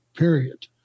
period